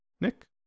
Nick